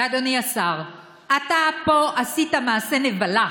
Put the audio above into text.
אדוני השר, אתה עשית פה מעשה נבלה.